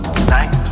tonight